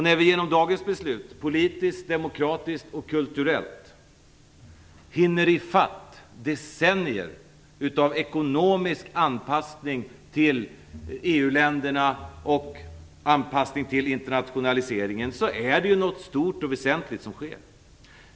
När vi genom dagens beslut politiskt, demokratiskt och kulturellt hinner i fatt decennier av ekonomisk anpassning till EU-länderna och till internationaliseringen, är det något stort och väsentligt som sker.